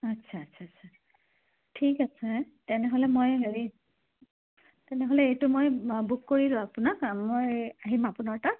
আচ্ছা আচ্ছা আচ্ছা ঠিক আছে হ তেনেহ'লে মই হেৰি তেনেহ'লে এইটো মই বুক কৰিলোঁ আপোনাক মই আহিম আপোনাৰ তাত